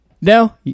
No